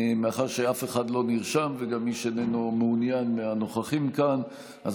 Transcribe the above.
מאחר שאף אחד לא נרשם וגם איש מהנוכחים כאן איננו מעוניין,